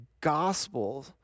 gospel